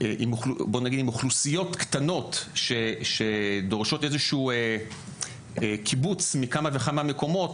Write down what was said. עם אוכלוסיות קטנות שדורשות איזשהו קיבוץ מכמה וכמה מקומות,